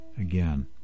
again